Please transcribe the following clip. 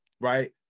right